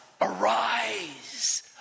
Arise